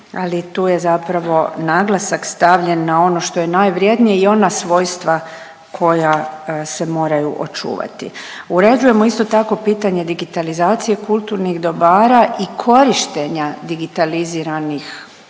ali tu je zapravo naglasak stavljen na ono što je najvrijednije i ona svojstva koja se moraju očuvati. Uređujemo isto tako pitanje digitalizacije kulturnih dobara i korištenja digitaliziranih